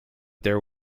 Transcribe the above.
there